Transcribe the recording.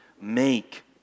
make